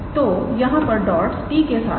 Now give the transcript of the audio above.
तो यहां पर डॉट्स t के साथ हैं